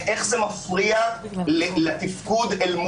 אז צריך לשים אותם בקבוצה נפרדת לצורך קבלת